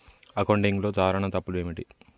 అకౌంటింగ్లో సాధారణ తప్పులు ఏమిటి?